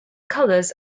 colors